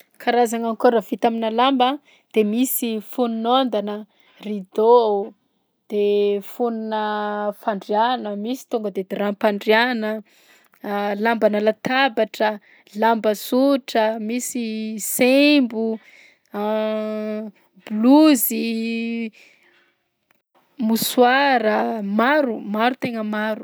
Karazagna akôra vita aminà lamba de misy fonon'ôndana, rideau, de fononà fandriàna, misy tonga de drap-m-pandriàna, lambanà latabatra, lamba sotra, misy sembo, blozy, mosora, maro, maro tegna maro.